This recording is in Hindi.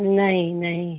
नहीं नहीं